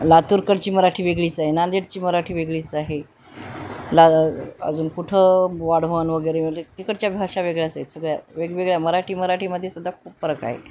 लातुरकडची मराठी वेगळीच आहे नांदेडची मराठी वेगळीच आहे ला अजून कुठं वाढवण वगैरे म्हणजे तिकडच्या भाषा वेगळ्याच आहेत सगळ्या वेगवेगळ्या मराठी मराठीमध्ये सुद्धा खूप फरक आहे